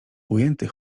ujęty